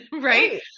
Right